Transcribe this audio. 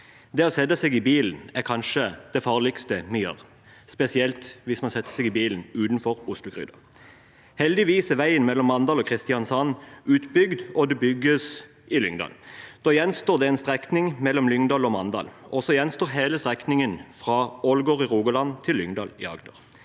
Det å sette seg i bilen er kanskje det farligste vi gjør, spesielt hvis man setter seg i bilen utenfor Oslo-gryta. Heldigvis er veien mellom Mandal og Kristiansand utbygd, og det bygges i Lyngdal. Da gjenstår det en strekning mellom Lyngdal og Mandal, og hele strekningen fra Ålgård i Rogaland til Lyngdal i Agder